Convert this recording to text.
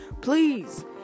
please